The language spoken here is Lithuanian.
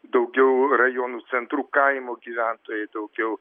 daugiau rajonų centrų kaimų gyventojai daugiau